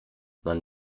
man